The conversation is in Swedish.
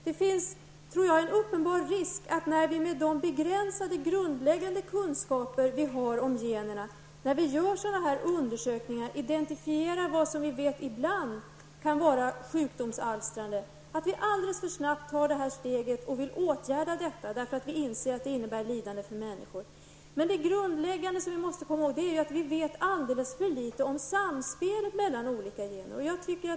Det finns en uppenbar risk att vi, när vi med våra begränsade grundläggande kunskaper om generna gör sådana här undersökningar och identifierar vilka vi vet ibland kan vara sjukdomsalstrande, alldeles för snabbt tar steget och vill åtgärda det därför att vi inser att det innebär lidande för människor. Men det grundläggande som vi måste komma åt är att vi vet alldeles för litet om samspelet mellan olika gener.